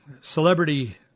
celebrity